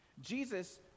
Jesus